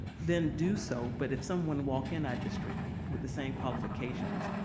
then do so but if someone walk in our district with the same qualifications,